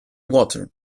water